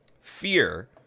fear